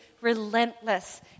relentless